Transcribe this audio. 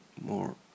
more